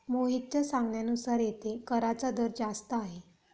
मोहितच्या सांगण्यानुसार येथे कराचा दर जास्त आहे